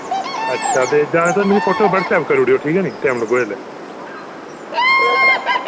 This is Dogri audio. अच्छा ते जां ते मिकी फोटो व्हाट्स एप्प करूड़यो ठीक ऐ नि टैम लग्गू जिल्लै